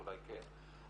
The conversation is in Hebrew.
אולי כן,